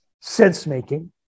sense-making